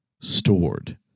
stored